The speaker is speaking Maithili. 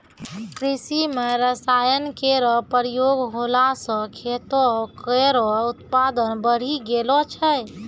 कृषि म रसायन केरो प्रयोग होला सँ खेतो केरो उत्पादन बढ़ी गेलो छै